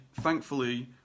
thankfully